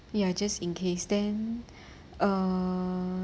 ya just in case then err